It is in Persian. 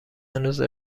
هنوز